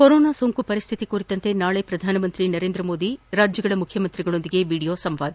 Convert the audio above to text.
corona ಸೋಂಕು ಪರಿಸ್ಥಿತಿ ಕುರಿತಂತೆ ನಾಳೆ ಪ್ರಧಾನಮಂತ್ರಿ ನರೇಂದ್ರಮೋದಿ ರಾಜ್ಯಗಳ ಮುಖ್ಯಮಂತ್ರಿಗಳೊಂದಿಗೆ ವಿಡಿಯೋ ಸಂವಾದ